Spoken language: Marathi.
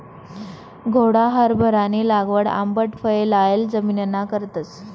घोडा हारभरानी लागवड आंबट फये लायेल जमिनना करतस